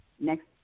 next